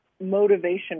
motivation